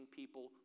people